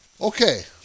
Okay